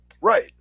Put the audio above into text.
Right